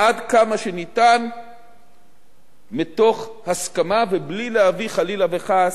עד כמה שניתן מתוך הסכמה ובלי להביא, חלילה וחס,